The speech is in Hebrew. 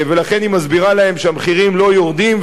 ולכן היא מסבירה להם שהמחירים לא יורדים,